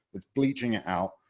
it's bleaching it out,